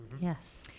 Yes